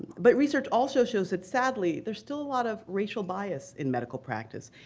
but research also shows that sadly there's still a lot of racial bias in medical practice,